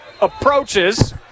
approaches